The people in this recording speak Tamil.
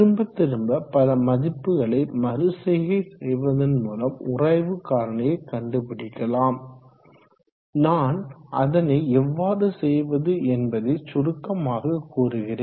திரும்ப திரும்ப பல மதிப்புகளை மறு செய்கை செய்வதன் மூலம் உராய்வு காரணியை கண்டுபிடிக்கலாம் நான் அதனை எவ்வாறு செய்வது என்பதை சுருக்கமாக கூறுகிறேன்